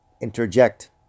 interject